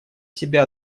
себя